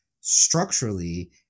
structurally